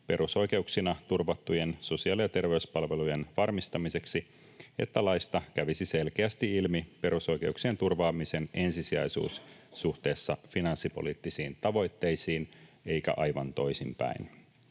perusoikeuksina turvattujen sosiaali- ja terveyspalvelujen varmistamiseksi, että laista kävisi selkeästi ilmi perusoikeuksien turvaamisen ensisijaisuus suhteessa finanssipoliittisiin tavoitteisiin eikä aivan toisinpäin.